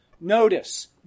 Notice